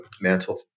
mantle